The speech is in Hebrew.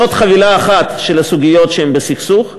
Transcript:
זאת חבילה אחת של סוגיות שהן בסכסוך.